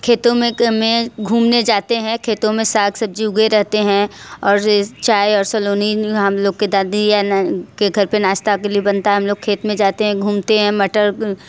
खेतों में घूमने जाते हैं खेतों में साग सब्ज़ी उगे रहते हैं और चाय और सलोनी हम लोग की दादी या नान के घर पे नाश्ता के लिए बनता है हम लोग खेत में जाते हैं घूमते हैं मटर